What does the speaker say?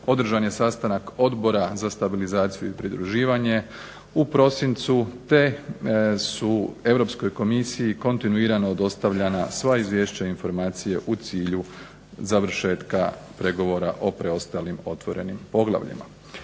Održan je sastanak Odbora za stabilizaciju i pridruživanje u prosincu, te su Europskoj komisiji kontinuirano dostavljana sva izvješća i informacije u cilju završetka pregovora o preostalim otvorenim poglavljima.